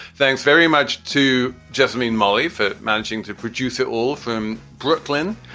thanks very much. to just mean molly for managing to produce it all from brooklyn.